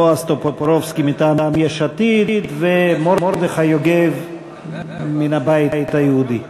בועז טופורובסקי מטעם יש עתיד ומרדכי יוגב מן הבית היהודי.